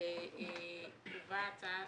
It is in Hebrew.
שתובא הצעה